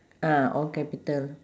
ah all capital